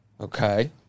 okay